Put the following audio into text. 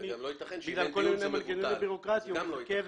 שני בגלל כל מיני מנגנונים בירוקרטיים הוא מחכה,